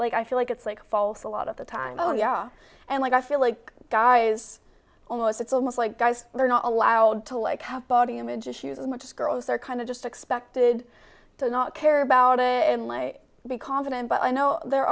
like i feel like it's like false a lot of the time oh yeah and like i feel like guys almost it's almost like guys are not allowed to like have body image issues as much as girls are kind of just expected to not care about it and i be confident but i know there